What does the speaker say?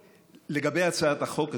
לגבי הצעת החוק הזאת,